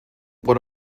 what